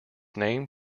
name